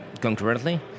concurrently